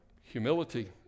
Humility